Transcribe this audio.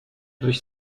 durch